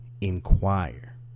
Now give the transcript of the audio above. inquire